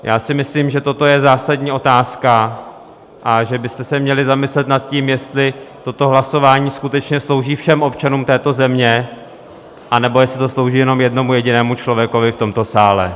Já si myslím, že toto je zásadní otázka a že byste se měli zamyslet nad tím, jestli toto hlasování skutečně slouží všem občanům této země, anebo jestli to slouží jenom jednomu jedinému člověku v tomto sále.